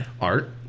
art